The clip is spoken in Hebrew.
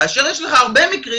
כאשר יש לך הרבה מקרים,